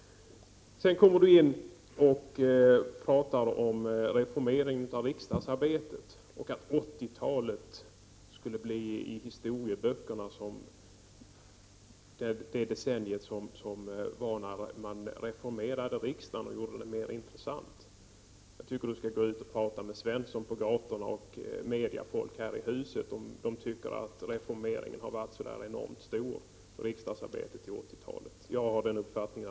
Sedan kommer du in och pratar om reformering utav riksdagsarbetet och att 80-talet skulle bli i historieböckerna som det decenniet som var när man reformerade riksdagen och gjorde den mer intressant. Jag tycker att du skall gå ut och prata med Svensson på gatorna och också fråga mediefolk här i huset om de anser att reformeringen har varit så där enormt stor under 1980 talet när det gäller riksdagsarbetet.